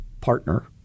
partner